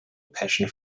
passion